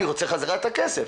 אני רוצה בחזרה את הכסף.